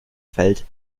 feld